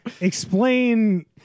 Explain